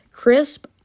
Crisp